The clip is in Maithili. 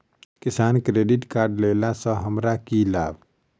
किसान क्रेडिट कार्ड लेला सऽ हमरा की लाभ?